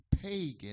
pagan